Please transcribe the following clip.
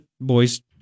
boys